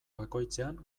bakoitzean